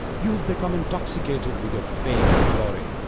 you have become intoxicated with your fame and glory.